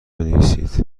بنویسید